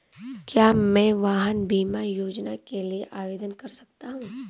क्या मैं वाहन बीमा योजना के लिए आवेदन कर सकता हूँ?